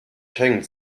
schengen